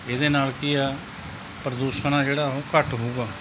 ਇਹਦੇ ਨਾਲ ਕੀ ਆ ਪ੍ਰਦੂਸ਼ਣ ਜਿਹੜਾ ਉਹ ਘੱਟ ਹੋਊਗਾ